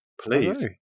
Please